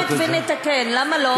אפשר גם טרומית ונתקן, למה לא?